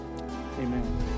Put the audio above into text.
Amen